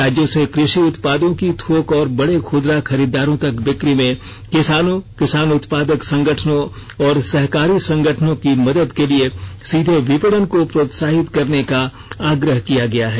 राज्यों से कृषि उत्पादों की थोक और बड़े खुदरा खरीदारों तक बिक्री में किसानों किसान उत्पादक संगठनों और सहकारी संगठनों की मदद के लिए सीधे विपणन को प्रोत्साहित करने का आग्रह किया गया है